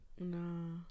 no